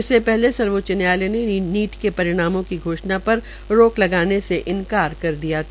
इससे पहले सर्वोच्च न्यायालय ने नीट के परीक्षा पर रोक लगाने से इन्कार कर दिया था